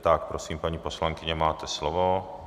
Tak prosím, paní poslankyně, máte slovo.